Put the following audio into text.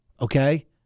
Okay